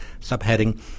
subheading